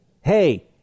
Hey